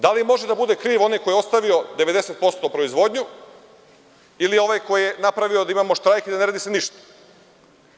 Da li može da bude kriv onaj koji je ostavio 90% proizvodnju ili onaj koji je napravio da imamo štrajk i da se ništa ne radi.